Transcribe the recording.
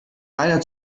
reiner